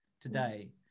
today